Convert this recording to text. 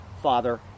father